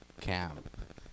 camp